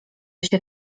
się